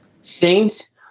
Saints